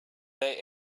they